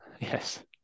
Yes